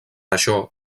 això